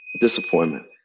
disappointment